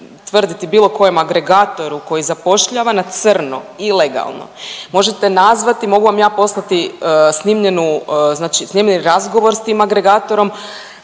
tvrditi bilo kojem agregatoru koji zapošljava na crno, ilegalno, možete nazvati, mogu vam ja poslati snimljenu, znači snimljen razgovor s tim agregatorom